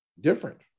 different